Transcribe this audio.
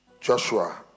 Joshua